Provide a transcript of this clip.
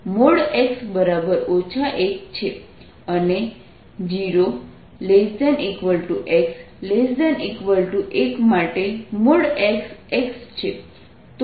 તો મારી પાસે 1 1xdx છે 1x0 માટે x x છે અને 0x1 માટે x x છે